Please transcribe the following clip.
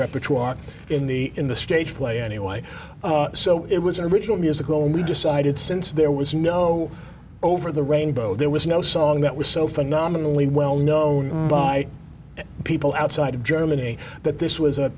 repertoire in the in the stage play anyway so it was original music only decided since there was no over the rainbow there was no song that was so phenomenally well known by people outside of germany that this was a